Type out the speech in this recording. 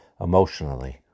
emotionally